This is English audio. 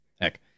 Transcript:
Heck